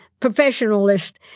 professionalist